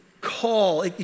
call